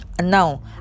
Now